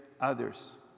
others